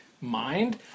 mind